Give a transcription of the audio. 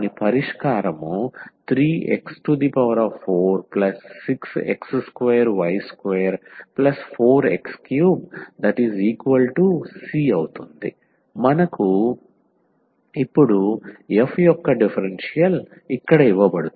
పరిష్కారం 3x46x2y24x3c మనకు ఇప్పుడు f యొక్క డిఫరెన్షియల్ ఇక్కడ ఇవ్వబడుతుంది